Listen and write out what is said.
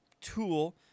tool